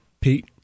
Pete